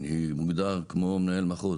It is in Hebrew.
אני מוגדר כמו מנהל מחוז.